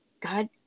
God